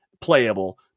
playable